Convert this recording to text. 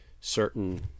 certain